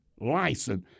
license